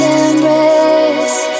embrace